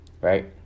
right